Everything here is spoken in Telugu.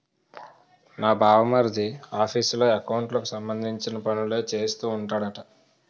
నా బావమరిది ఆఫీసులో ఎకౌంట్లకు సంబంధించిన పనులే చేస్తూ ఉంటాడట